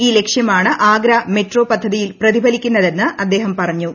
ഈ ലക്ഷ്യമാണ് ആഗ്ര മെട്രോ പദ്ധതിയിൽ പ്രതിഫലിക്കുന്നതെന്ന് അദ്ദേഹം പറഞ്ഞു